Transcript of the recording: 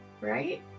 Right